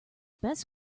best